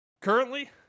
Currently